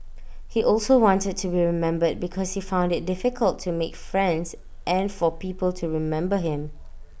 he also wanted to be remembered because he found IT difficult to make friends and for people to remember him